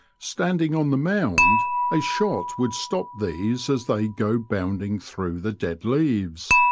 standing on the mound a shot would stop these as they go bounding through the dead leaves,